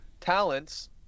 talents